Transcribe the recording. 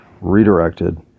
redirected